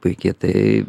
puiki tai